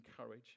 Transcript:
encourage